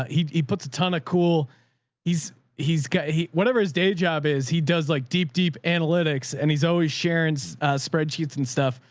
he, he puts a ton of cool he's he's he? whatever his day job is, he does like deep, deep analytics. and he's always sharon's spreadsheets and stuff.